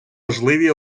важливі